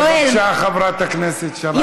בבקשה, חברת הכנסת שרן.